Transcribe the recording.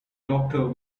doctor